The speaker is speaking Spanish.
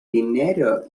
dinero